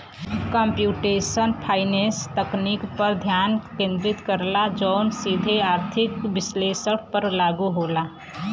computational finance तकनीक पर ध्यान केंद्रित करला जौन सीधे आर्थिक विश्लेषण पर लागू होला